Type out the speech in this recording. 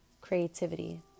Creativity